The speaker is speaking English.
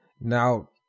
Now